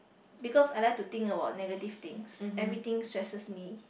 because I like to think about negative things everything stresses me